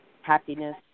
happiness